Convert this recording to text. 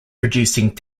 producing